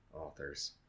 authors